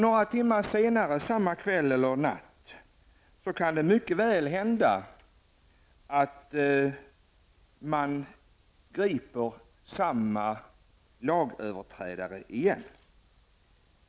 Några timmar senare samma kväll eller natt kan det mycket väl hända att man griper samma lagöverträdare igen.